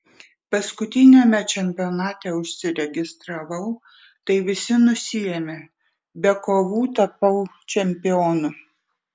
paskutiniame čempionate užsiregistravau tai visi nusiėmė be kovų tapau čempionu